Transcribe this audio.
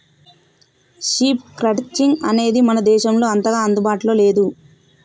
sheep crutching అనేది మన దేశంలో అంతగా అందుబాటులో లేదు